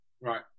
Right